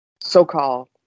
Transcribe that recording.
so-called